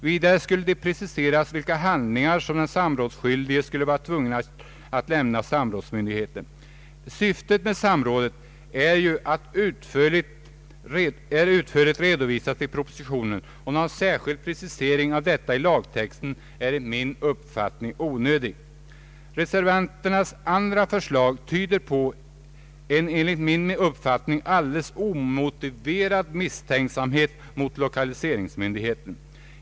Vidare skulle det preciseras vilka handlingar som den samrådsskyldige skulle vara tvungen att lämna samrådsmyndigheten. Syftet med samrådet är ju utförligt redovisat i propositionen, och någon särskild precisering av detta i lagtexten är enligt min uppfattning onödig. Reservanternas yrkande anser jag tyder på en alldeles omotiverad misstänksamhet mot lokaliseringsmyndigheten.